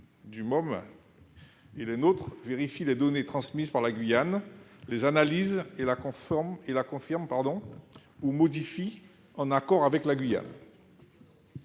et les nôtres, vérifient les données transmises par la Guyane, les analysent et les confirment ou les modifient en accord avec celle-ci.